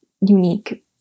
unique